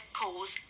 cause